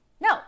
No